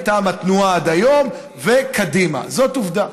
מטעם התנועה, עד היום, וקדימה, זאת עובדה.